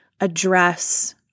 address